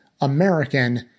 American